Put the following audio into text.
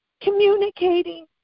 communicating